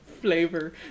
flavor